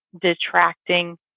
detracting